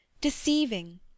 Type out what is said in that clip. deceiving